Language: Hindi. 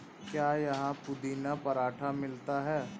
क्या यहाँ पुदीना पराठा मिलता है?